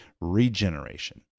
regeneration